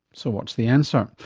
so what's the answer?